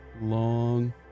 long